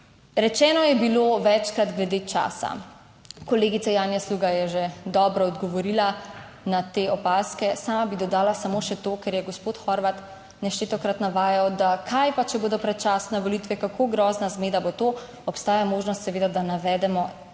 Rečeno je bilo večkrat glede časa. Kolegica Janja Sluga je že dobro odgovorila na te opazke. Sama bi dodala samo še to, kar je gospod Horvat neštetokrat navajal, da, kaj pa, če bodo predčasne volitve, kako grozna zmeda bo to? Obstaja možnost seveda, da navedemo prav